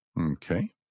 okay